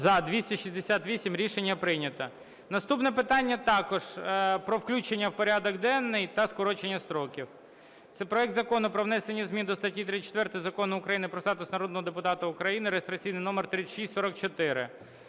За-268 Рішення прийнято. Наступне питання також про включення в порядок денний та скорочення строків. Це проект Закону про внесення змін до статті 34 Закону України "Про статус народного депутата України" (реєстраційний номер 3644).